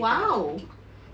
!wow!